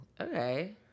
Okay